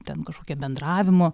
ten kažkokie bendravimo